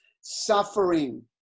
suffering